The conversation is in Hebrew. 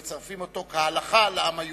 שמצרפים אותו כהלכה לעם היהודי.